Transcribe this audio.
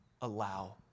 Allow